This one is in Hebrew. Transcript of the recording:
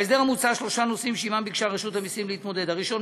בהסדר המוצע שלושה נושאים שעמם ביקשה רשות המסים להתמודד: הראשון,